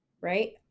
right